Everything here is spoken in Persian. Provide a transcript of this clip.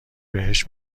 بهش